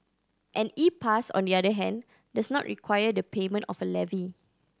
an E Pass on the other hand does not require the payment of a levy